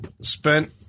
spent